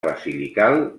basilical